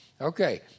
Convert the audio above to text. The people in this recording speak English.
Okay